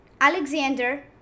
Alexander